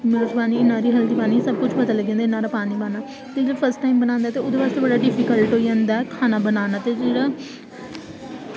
ते इन्नी मर्च पानी सबकुछ पता लग्गी जंदा की किन्ना पानी पाना क्योंकि फर्स्ट टाईम बनांदे ते ओह्दे आस्तै बड़ा डिफिकल्ट होई जंदा खाना बनाना ते एह्दा